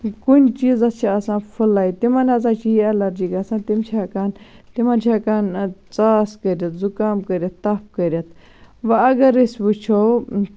کُنہِ چیٖزَس چھِ آسان پھٕلاے تِمَن ہَسا چھِ یہِ ایٚلَرجی گَژھان تِم چھِ ہیٚکان تِمَن چھِ ہیٚکان ژاس کٔرِتھ زُکام کٔرِتھ تپھ کٔرِتھ وۄنۍ اَگَر أسۍ وٕچھو